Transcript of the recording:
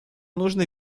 нужно